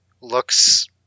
looks